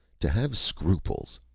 to have scruples!